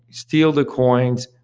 steal the coins,